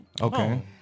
Okay